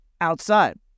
outside